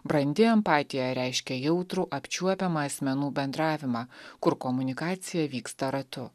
brandi empatija reiškia jautrų apčiuopiamą asmenų bendravimą kur komunikacija vyksta ratu